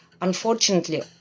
unfortunately